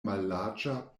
mallarĝa